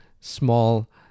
small